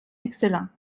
excellent